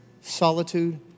Solitude